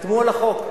חתמו על החוק.